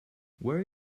where